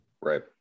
Right